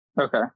okay